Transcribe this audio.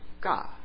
God